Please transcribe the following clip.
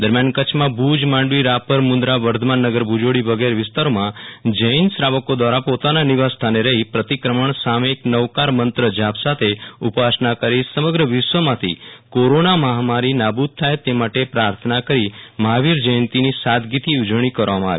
દરમ્યાન કચ્છમાં ભુજમાંડવી રાપર મુન્દ્રાવર્ધમાન નગર ભુજોડી વગેરે વિસ્તારોમાં જૈન શ્રાવકો ્રારા પોતાના નિવાસ સ્થાને રહી પ્રતિક્રમણ સામયિક નવકાર મંત્રણાજાપ સાથે ઉપાસના કરી સમગ્ર વિશ્વમાંથી કોરોના મહામારી નાબુદ થાય તે માટે પ્રાર્થના કરી મહાવીર જયંતીની સાદગીથી ઉજવણી કરવામાં આવી